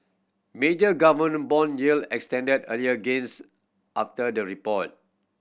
major government bond yield extended earlier gains after the report